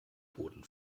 booten